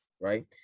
Right